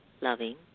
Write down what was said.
loving